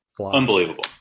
unbelievable